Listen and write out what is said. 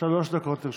שלוש דקות לרשותך.